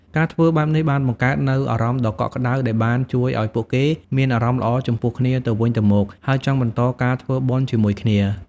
ការធ្វើបែបនេះបានបង្កើតនូវអារម្មណ៍ដ៏កក់ក្តៅដែលបានជួយឲ្យពួកគេមានអារម្មណ៍ល្អចំពោះគ្នាទៅវិញទៅមក ហើយចង់បន្តការធ្វើបុណ្យជាមួយគ្នា។